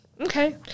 Okay